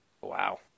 Wow